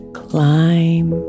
climb